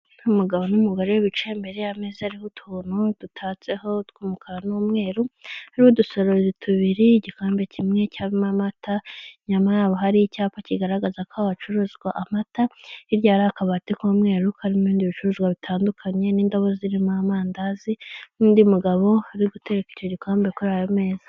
Umugabo n'umugore bicaye imbere y'ameza ariho utuntu dutatseho tw'umukara n'umweru, hariho udusoro tubiri, igikombe kimwe cy'amata, inyuma yabo hari icyapa kigaragaza ko hacuruzwa amata, hirya hari akabati k'umweru karimo ibindi bicuruzwa bitandukanye n'indabo zirimo amandazi n'undi mugabo uri gutereka icyo gikombe kuri ayo meza.